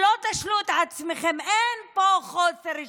שלא תשלו את עצמכם, אין פה חוסר שליטה,